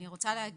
אני רוצה להגיד